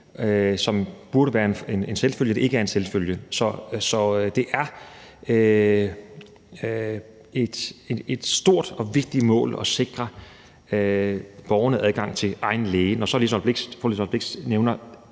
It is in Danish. som burde være en selvfølge, ikke er en selvfølge. Så det er et stort og vigtigt mål at sikre borgerne adgang til egen læge. Så nævner